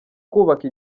kubaka